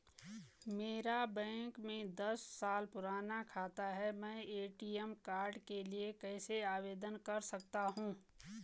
मेरा बैंक में दस साल पुराना खाता है मैं ए.टी.एम कार्ड के लिए कैसे आवेदन कर सकता हूँ?